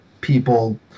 people